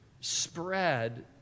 spread